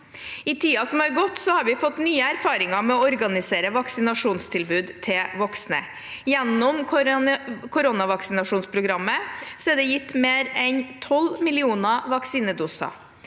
I tiden som har gått, har vi fått nye erfaringer med å organisere vaksinasjonstilbud til voksne. Gjennom koronavaksinasjonsprogrammet er det gitt mer enn tolv millioner vaksinedoser.